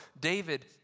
David